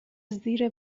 زیر